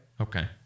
Okay